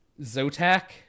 Zotac